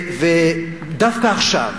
דווקא עכשיו,